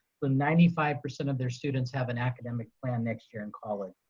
but ninety five percent of their students have an academic plan next year in college.